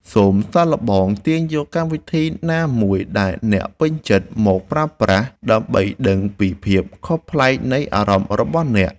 សូមសាកល្បងទាញយកកម្មវិធីណាមួយដែលអ្នកពេញចិត្តមកប្រើប្រាស់ដើម្បីដឹងពីភាពខុសប្លែកនៃអារម្មណ៍របស់អ្នក។